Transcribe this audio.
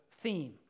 theme